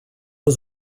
was